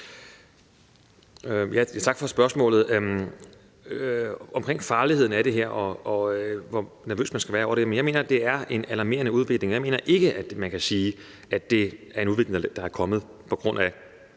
Tak for spørgsmålet. Omkring farligheden af det her og om, hvor nervøs man skal være for det, så mener jeg, at det er en alarmerende udvikling, og jeg mener ikke, at man kan sige, at det er en udvikling, der er kommet på grund af,